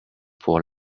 pour